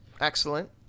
Excellent